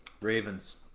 ravens